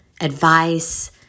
advice